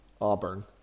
Auburn